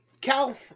cal